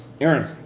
Aaron